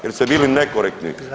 Jer ste bili nekorektni.